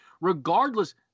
Regardless